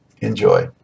Enjoy